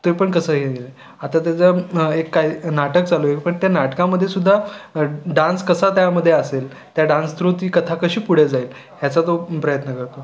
ते पण कसं येईल हे आता तर जर एक काय नाटक चालू आहे पण ते नाटकामध्ये सुध्दा डान्स कसा त्यामध्ये असेल त्या डान्स थ्रू ती कथा कशी पुढे जाईल ह्याचा तो प्रयत्न करतो